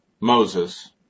Moses